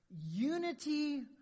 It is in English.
unity